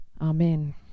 Amen